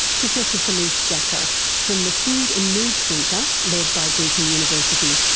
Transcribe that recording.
professor felice jacka from the food and mood centre, led by deakin university.